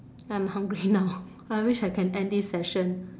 I'm hungry now I wish I can end this session